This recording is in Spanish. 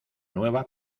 nueva